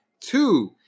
two